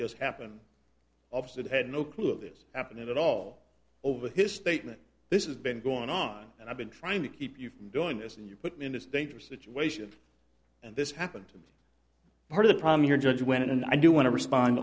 just happened that had no clue this happened at all over his statement this has been going on and i've been trying to keep you from doing this and you put me in this dangerous situation and this happened to me part of the problem here judge went and i do want to respond